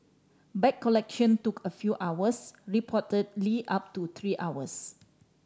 bag collection took a few hours reportedly up to three hours